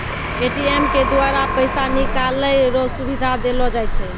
ATM के द्वारा पैसा निकालै रो सुविधा देलो जाय छै